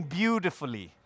beautifully